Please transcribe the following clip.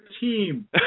team